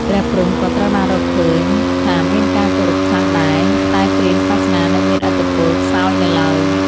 ព្រះព្រហ្ម ក៏ត្រូវបានរកឃើញថាមានការគោរពខ្លះដែរ តែព្រាហ្មណ៍សាសនានៅមានឥទ្ធិពលខ្សោយនៅឡើយ។